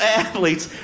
athletes